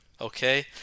Okay